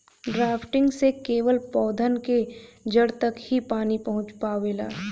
drafting से केवल पौधन के जड़ तक ही पानी पहुँच पावेला